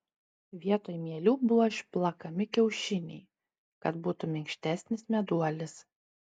vietoj mielių buvo išplakami kiaušiniai kad būtų minkštesnis meduolis